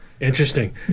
Interesting